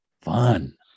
fun